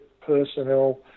personnel